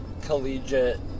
collegiate